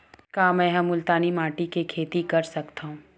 का मै ह मुल्तानी माटी म खेती कर सकथव?